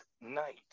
night